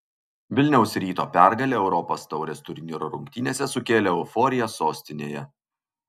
vilniaus ryto pergalė europos taurės turnyro rungtynėse sukėlė euforiją sostinėje